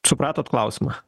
supratot klausimą